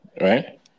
Right